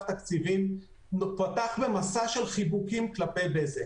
התקציבים פתח במסע של חיבוקים כלפי בזק.